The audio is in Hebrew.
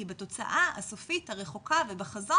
כי בתוצאה הסופית הרחוקה ובחזון,